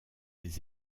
les